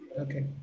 Okay